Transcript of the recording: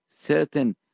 certain